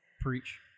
preach